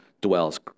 dwells